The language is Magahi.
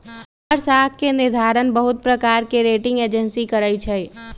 हमर साख के निर्धारण बहुते प्रकार के रेटिंग एजेंसी करइ छै